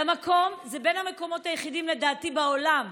זה בין המקומות הקדושים היחידים בעולם,